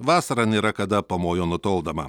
vasarą nėra kada pamojo nutoldama